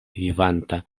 vivanta